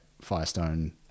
firestone